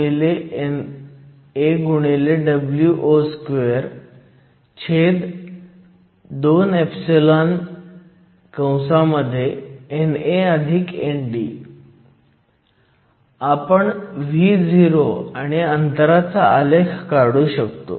आपण Vo आणि अंतराचा आलेख काढू शकतो